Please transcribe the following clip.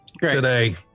today